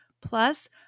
plus